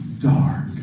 dark